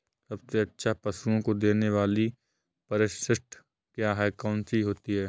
सबसे अच्छा पशुओं को देने वाली परिशिष्ट क्या है? कौन सी होती है?